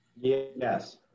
Yes